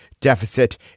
deficit